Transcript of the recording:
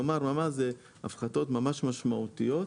כלומר ממש זה הפחתות ממש משמעותיות,